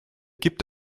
gibt